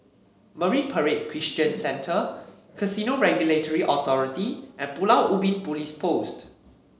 Marine Parade Christian Center Casino Regulatory Authority and Pulau Ubin Police Post